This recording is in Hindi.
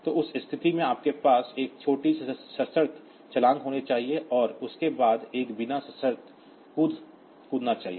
तो उस स्थिति में आपके पास एक छोटी कंडिशनल जंप होनी चाहिए और उसके बाद एक अनकंडीशनल जंप चाहिए